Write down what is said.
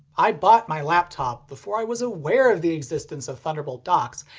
i bought my laptop before i was aware of the existence of thunderbolt docks.